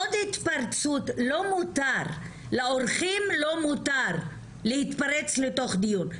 עוד התפרצות, לאורחים לא מותר להתפרץ לתוך דיון.